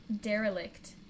Derelict